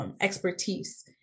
Expertise